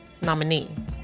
Nominee